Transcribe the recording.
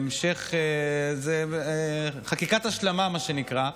היא חקיקת השלמה, מה שנקרא.